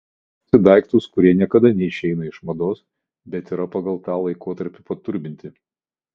renkuosi daiktus kurie niekada neišeina iš mados bet yra pagal tą laikotarpį paturbinti